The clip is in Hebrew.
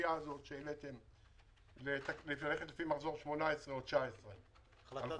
הסוגיה שהעליתם ללכת לפי מחזור 2018 או 2019. הלכו